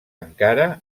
encara